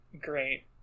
Great